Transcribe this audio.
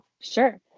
Sure